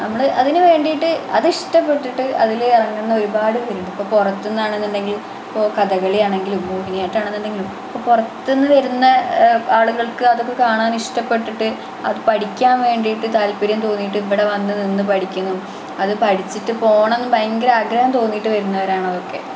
നമ്മൾ അതിന് വേണ്ടിയിട്ട് അതിഷ്ടപ്പെട്ടിട്ട് അതിൽ ഇറങ്ങുന്ന ഒരുപാട് പേരുണ്ട് ഇപ്പം പുറത്തു നിന്നാണെന്നുണ്ടെങ്കിൽ ഇപ്പോൾ കഥകളിയാണെങ്കിലും മോഹിനിയാട്ടമാണെന്നുണ്ടെങ്കിലും ഇപ്പോൾ പുറത്ത് നിന്ന് വരുന്ന ആളുകൾക്ക് അതൊക്കെ കാണാനിഷ്ടപെട്ടിട്ട് അത് പഠിയ്ക്കാൻ വേണ്ടിയിട്ട് താൽപര്യം തോന്നിയിട്ട് ഇവിടെ വന്ന് നിന്ന് പഠിക്കുന്നു അത് പഠിച്ചിട്ട് പോകണം എന്ന് ഭയങ്കര ആഗ്രഹം തോന്നിയിട്ട് വരുന്നവരാണ് അതൊക്കെ